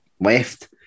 left